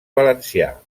valencià